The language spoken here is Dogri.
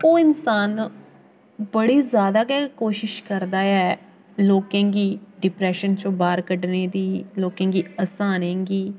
ओह् इंसान बड़े जादा गै कोशश करदा ऐ लोकें गी डिप्रेशन चो बाह्र कड्ढनें दी लोकें गी हस्साने गी